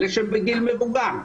אלה שהם בגיל מבוגר,